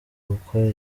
gukora